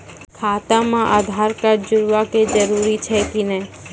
खाता म आधार कार्ड जोड़वा के जरूरी छै कि नैय?